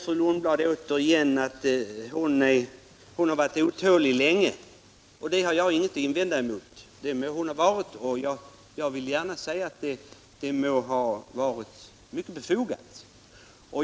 Fru Lundblad säger återigen att hon har varit otålig länge, och det har jag inget att invända emot. Det må hon ha varit, och det må ha varit mycket befogat.